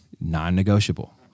Non-negotiable